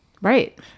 Right